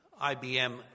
IBM